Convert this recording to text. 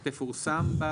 תפורסם.